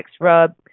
rub